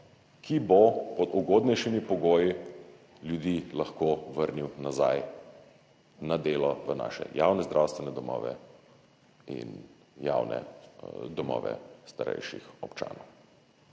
ki bo pod ugodnejšimi pogoji ljudi lahko vrnil nazaj na delo v naše javne zdravstvene domove in javne domove starejših občanov.